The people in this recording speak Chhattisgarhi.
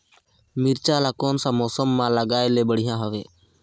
मिरचा ला कोन सा मौसम मां लगाय ले बढ़िया हवे